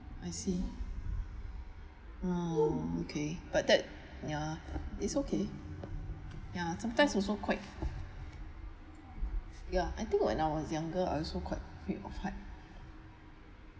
I see ah okay but that ya it's okay ya sometimes also quite ya I think when I was young I also quite afraid of height